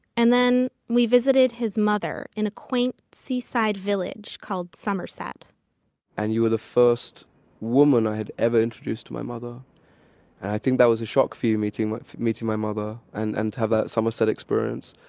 and then, we visited his mother in a quaint seaside village called somerset and you were the first woman i had ever introduced my mother. and i think that was a shock for you, meeting like meeting my mother and and to have that somerset experience.